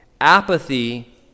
Apathy